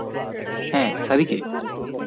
ᱦᱮᱸ ᱥᱟᱹᱨᱤᱜᱮ